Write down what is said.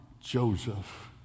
Joseph